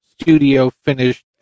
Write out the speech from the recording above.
studio-finished